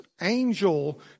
angel